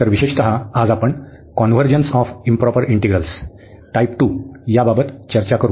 तर विशेषतः आज आपण convergence of improper integrals type 2 बाबत चर्चा करू